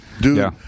dude